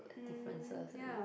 differences already